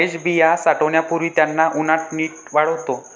महेश बिया साठवण्यापूर्वी त्यांना उन्हात नीट वाळवतो